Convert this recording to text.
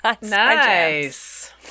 Nice